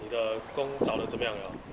你的工找了怎么样了